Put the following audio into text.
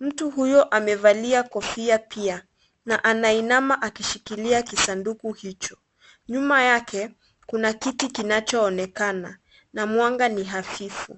mtu huyo amevalia kofia pia na anainama akishikilia kisanduku hicho . Nyuma yake kuna kiti kinachoonekana na mwanga ni hafifu.